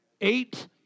eight